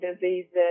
diseases